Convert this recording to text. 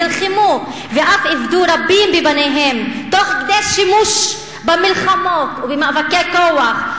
נלחמו ואף איבדו רבים מבניהם תוך כדי שימוש במלחמות ובמאבקי כוח,